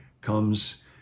comes